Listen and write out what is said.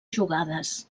jugades